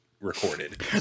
Recorded